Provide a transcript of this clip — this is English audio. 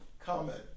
Comment